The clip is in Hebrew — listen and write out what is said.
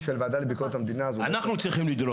אנחנו צריכים לדרוש.